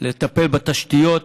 לטפל בתשתיות.